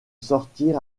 sortir